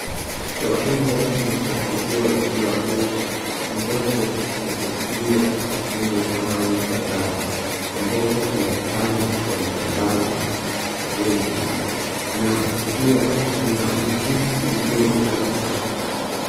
Chakula kimepakuliwa juu ya meza ambapo kimepakuliwa kwenye sahani kadhaa ambapo kuna sahani iko na vibanzi, kabeji na pia kuna mti uliyodunga mishakiki.